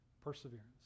perseverance